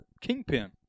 Kingpin